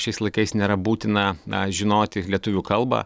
šiais laikais nėra būtina a žinoti lietuvių kalbą